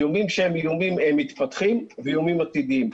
איומים שהם איומים מתפתחים ואיומים עתידיים.